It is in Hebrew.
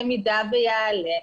במידה ויעלה,